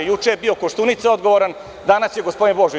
Juče je bio Koštunica odgovoran, danas je gospodin Božović.